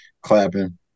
clapping